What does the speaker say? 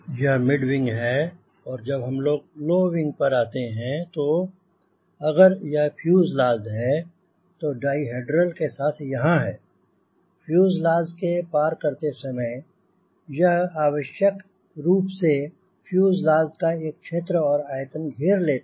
यह mid wing है और जब हम लोग लो विंग पर आते हैं तो अगर यह फ्यूजलाज है तो डायिहेड्रल के साथ यहांँ है फ्यूजलाज के पार करते समय यह आवश्यक रूप से फ्यूजलाज का एक क्षेत्र और आयतन घेर लेता है